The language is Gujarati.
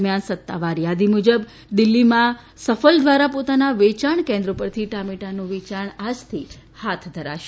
દરમિયાન સત્તાવાર યાદી મુજબ દિલ્હીમાં સફલ દ્વારા પોતાના વેચાણ કેન્દ્રો પરથી ટામેટાંનું વેચાણ આજથી હાથ ધરાશે